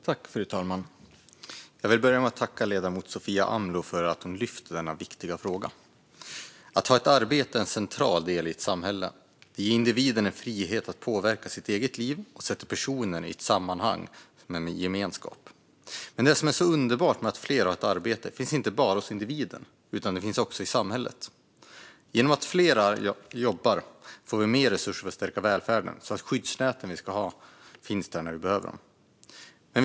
Fru talman! Jag vill börja med att tacka ledamoten Sofia Amloh för att hon lyfter upp denna viktiga fråga. Att ha ett arbete är en central del i ett samhälle. Det ger individen frihet att påverka sitt eget liv och sätter personen i ett sammanhang med gemenskap. Men det som är så underbart med att fler har ett arbete finns inte bara hos individen, utan det finns också i samhället. Genom att fler jobbar får vi mer resurser för att stärka välfärden så att de skyddsnät vi ska ha finns där när vi behöver det.